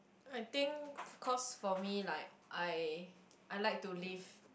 I think because for me like I I like to live